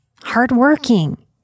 hardworking